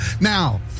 Now